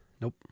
Nope